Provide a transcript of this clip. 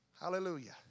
Hallelujah